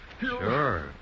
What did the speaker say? Sure